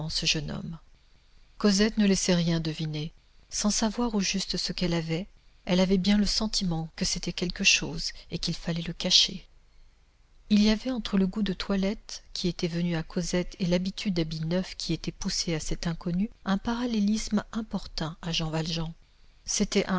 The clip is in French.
ce jeune homme cosette ne laissait rien deviner sans savoir au juste ce qu'elle avait elle avait bien le sentiment que c'était quelque chose et qu'il fallait le cacher il y avait entre le goût de toilette qui était venu à cosette et l'habitude d'habits neufs qui était poussée à cet inconnu un parallélisme importun à jean valjean c'était